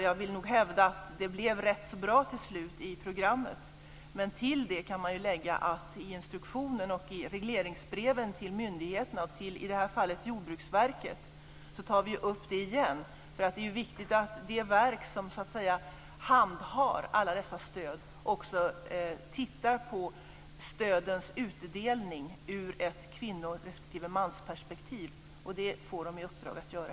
Jag vill nog hävda att det blev rätt så bra till slut i programmet, men till det kan man ju lägga att i instruktionen och i regleringsbreven till myndigheterna, i det här fallet Jordbruksverket, tar vi ju upp det igen. Det är ju viktigt att de verk som så att säga handhar alla dessa stöd också tittar på stödens utdelning ur ett kvinno respektive mansperspektiv, och det får de i uppdrag att göra.